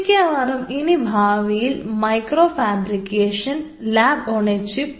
മിക്കവാറും ഇനി ഭാവിയിൽ micro fabrication lab on a chip on a chip